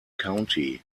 county